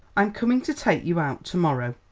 i'm coming to take you out to-morrow,